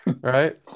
Right